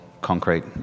concrete